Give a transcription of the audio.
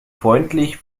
freundlich